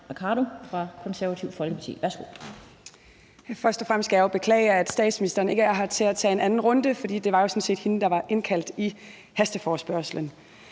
Værsgo. Kl. 14:39 Mai Mercado (KF): Først og fremmest skal jeg jo beklage, at statsministeren ikke er her til at tage en anden runde, for det var jo sådan set hende, der var indkaldt i hasteforespørgslen.